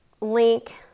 link